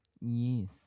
Yes